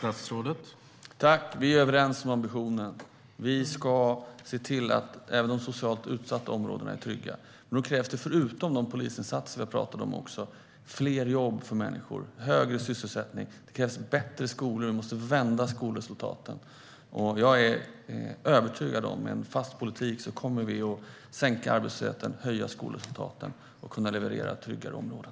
Herr talman! Vi är överens om ambitionen. Vi ska se till att även de socialt utsatta områdena är trygga. Förutom de polisinsatser som jag talade om krävs det också fler jobb för människor och högre sysselsättning. Det krävs bättre skolor, så vi måste vända skolresultaten. Jag är övertygad om att med en fast politik kommer vi att kunna minska arbetslösheten, höja skolresultaten och skapa tryggare områden.